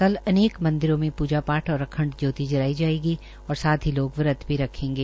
कल अनेक मंदिर में पूजा पाठ और अखंड ज्योति जलाई जाएगी और साथ ही लोग व्रत भी रखेंगे